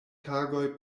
tagoj